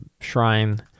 shrine